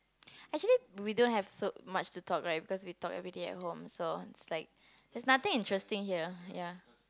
actually we don't have so much to talk right because we talk everyday at home so it's like there's nothing interesting here ya